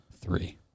Three